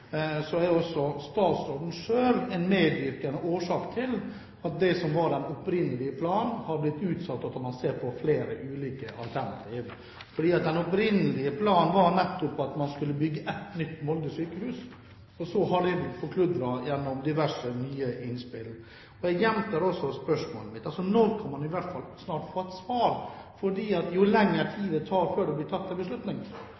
er jo statsråden selv en medvirkende årsak til at det som var den opprinnelige planen, ble utsatt, og at man ser på flere ulike alternativer. Den opprinnelige planen var at man skulle bygge et nytt Molde sykehus. Så har det blitt forkludret gjennom diverse nye innspill. Jeg gjentar spørsmålet mitt: Kan man i hvert fall snart får et svar? Jo lengre tid det tar før det blir tatt en beslutning, jo